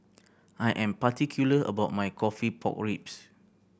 I am particular about my coffee pork ribs